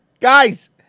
Guys